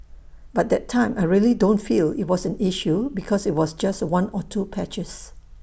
but that time I really don't feel IT was an issue because IT was just one or two patches